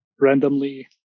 randomly